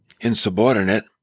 insubordinate